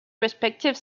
respective